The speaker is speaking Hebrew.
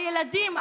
הילדים,